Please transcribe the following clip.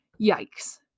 yikes